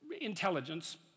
intelligence